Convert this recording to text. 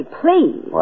please